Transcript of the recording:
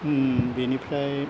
बेनिफ्राय